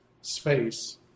space